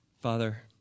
Father